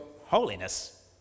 holiness